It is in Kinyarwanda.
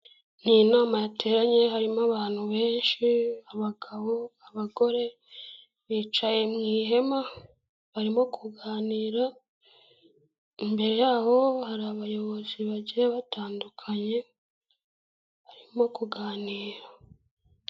Iyi nama yateranye harimo abantu benshi, abagabo, abagore bicaye mu ihema barimo kuganira, imbere y'aho hari abayobozi bagiye batandukanye barimo kuganira.